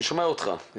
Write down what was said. אני שומע אותך.